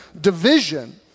division